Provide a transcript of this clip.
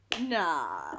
nah